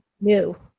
new